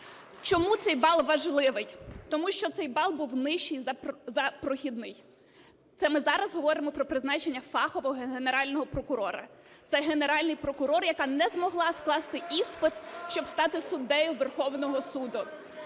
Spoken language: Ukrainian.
Чому цей бал важливий? Тому що цей бал був нижчий за прохідний. Це ми зараз говоримо про призначення фахового Генерального прокурора. Це Генеральний прокурор, яка не змогла скласти іспит, щоб стати суддею Верховного Суду.